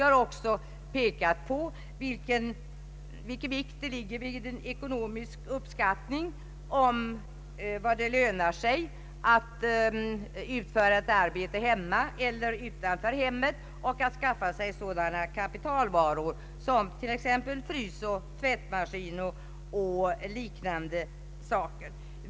Dessutom har vi påvisat vikten av en ekonomisk uppskattning av vad som lönar sig att göra hemma respektive låta utföra utanför hemmet liksom beträffande anskaffning av kapitalvaror, t.ex. frysbox och tvättmaskin.